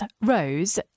Rose